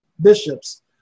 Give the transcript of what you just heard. Bishops